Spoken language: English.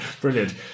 Brilliant